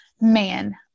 man